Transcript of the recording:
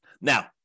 Now